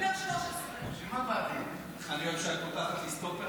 והוא דיבר 13. אני אוהב שאת פותחת לי סטופר,